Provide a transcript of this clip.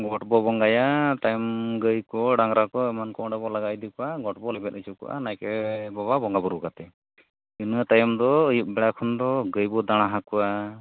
ᱜᱚᱴᱵᱚ ᱵᱚᱸᱜᱟᱭᱟ ᱛᱟᱭᱚᱢ ᱜᱟᱹᱭᱠᱚ ᱰᱟᱝᱜᱽᱨᱟᱠᱚ ᱮᱢᱟᱱᱠᱚ ᱚᱸᱰᱮᱵᱚ ᱞᱟᱜᱟ ᱤᱫᱤ ᱠᱚᱣᱟ ᱜᱚᱴᱵᱚ ᱞᱮᱵᱮᱫ ᱚᱪᱚ ᱠᱚᱣᱟ ᱱᱟᱭᱠᱮᱹ ᱵᱟᱵᱟ ᱵᱚᱸᱜᱟᱵᱩᱨᱩ ᱠᱟᱛᱮᱫ ᱤᱱᱟᱹ ᱛᱟᱭᱚᱢᱫᱚ ᱟᱹᱭᱩᱵ ᱵᱮᱲᱟ ᱠᱷᱚᱱᱫᱚ ᱜᱟᱹᱭᱵᱚ ᱫᱟᱬᱟ ᱦᱟᱠᱚᱣᱟ